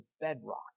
bedrock